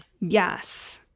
Yes